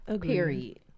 Period